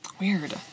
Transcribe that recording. Weird